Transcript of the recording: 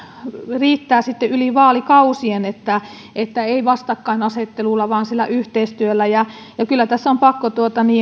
riittää sitten yli vaalikausien että että ei vastakkainasettelulla vaan sillä yhteistyöllä ja kyllä tässä on pakko